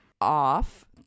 off